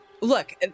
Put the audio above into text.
Look